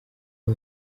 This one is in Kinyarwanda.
aba